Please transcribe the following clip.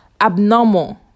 abnormal